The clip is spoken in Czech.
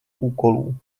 úkolů